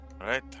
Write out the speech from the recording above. Right